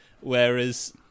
Whereas